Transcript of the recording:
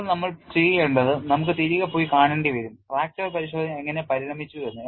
ഇപ്പോൾ നമ്മൾ ചെയ്യേണ്ടത് നമുക്ക് തിരികെ പോയി കാണേണ്ടി വരും ഫ്രാക്ചർ പരിശോധന എങ്ങനെ പരിണമിച്ചു എന്ന്